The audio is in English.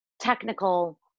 technical